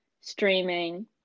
streaming